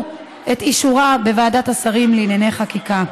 את אישורה בוועדת השרים לענייני חקיקה.